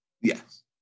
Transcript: Yes